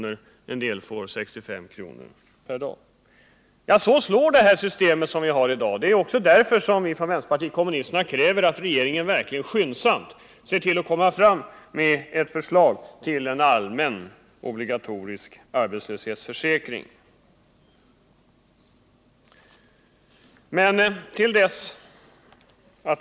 och en del av dem får 65 kr. per dag. Så slår det system som vi har i dag. Det är därför som vi i vänsterpartiet kommunisterna också kräver att regeringen verkligen skyndsamt skall se till att komma fram med ett förslag till en allmän obligatorisk arbetslöshetsförsäkring.